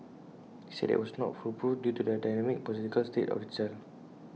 he said that IT was not foolproof due to the dynamic psychological state of the child